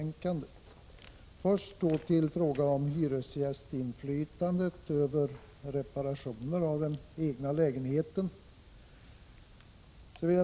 Jag vill till att börja med ta upp frågan om hyresgästinflytandet över reparationer av den egna lägenheten.